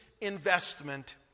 investment